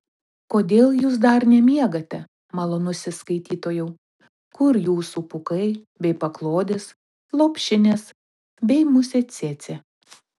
kodėl jūs dar nemiegate malonusis skaitytojau kur jūsų pūkai bei paklodės lopšinės bei musė cėcė